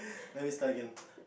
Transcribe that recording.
let me start again